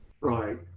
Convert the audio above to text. Right